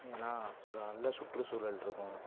ஏன்னால் சு நல்ல சுற்றுச்சூழல் இருக்கும்